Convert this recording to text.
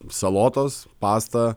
salotos pasta